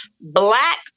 black